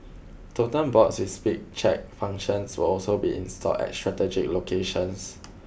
totem boards with speed check functions will also be installed at strategic locations